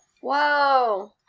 Whoa